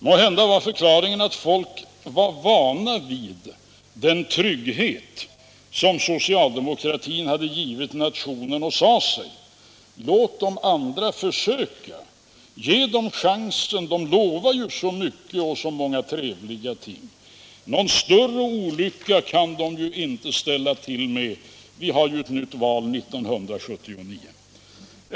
Måhända var förklaringen att folk var vana vid den trygghet som socialdemokratin hade givit nationen och sade sig: Låt de andra försöka! Ge dem chansen, de lovar ju så mycket och så många trevliga ting! Någon större olycka kan de ju inte ställa till med. Vi har ett nytt val 1979.